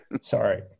Sorry